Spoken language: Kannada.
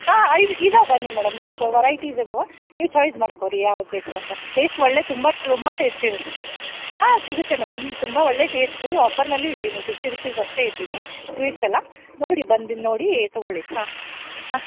ಹಾಂ ಐದು ಇದವೆ ಬನ್ನಿ ಮೇಡಮ್ ನೋಡಿಕೋ ವರೈಟಿಸ್ ಇದಾವೆ ನೀವು ಚಾಯ್ಸ್ ಮಾಡಿಕೋ ರೀ ಯಾವ್ದು ಬೇಕು ಅಂತ ಟೇಸ್ಟ್ ಒಳ್ಳೆಯ ತುಂಬ ತುಂಬ ಟೇಸ್ಟ್ ಇರತ್ತೆ ಹಾಂ ಸಿಗುತ್ತೆ ಮೇಡಮ್ ತುಂಬ ಒಳ್ಳೆಯ ಟೇಸ್ಟು ಆಫರ್ನಲ್ಲಿ ಇಟ್ಟೀನಿ ಫಿಫ್ಟಿ ರುಪಿಸ್ ಅಷ್ಟೆ ಇಟ್ಟೀನಿ ಸ್ವೀಟ್ಸ್ ಎಲ್ಲ ನೋಡಿ ಬಂದು ನೋಡಿ ತಗೊಳ್ಳಿ ಹಾಂ ಹಾಂ